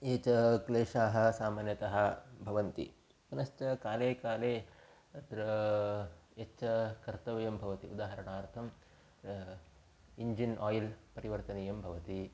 ये च क्लेशाः सामान्यतः भवन्ति पुनश्च काले काले अत्र यच्च कर्तव्यं भवति उदाहरणार्थम् अत्र इञ्जिन् आयिल् परिवर्तनीयं भवति